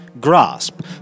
grasp